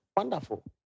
Wonderful